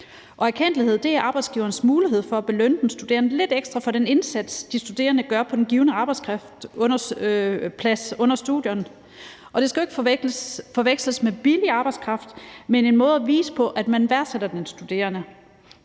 og erkendtligheden er arbejdsgiverens mulighed for at belønne den studerende lidt ekstra for den indsats, de studerende gør på den givne arbejdsplads under studierne. Det skal jo ikke forveksles med billig arbejdskraft, men det er en måde at vise på, at man værdsætter den studerende,